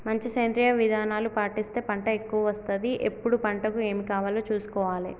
మంచి సేంద్రియ విధానాలు పాటిస్తే పంట ఎక్కవ వస్తది ఎప్పుడు పంటకు ఏమి కావాలో చూసుకోవాలే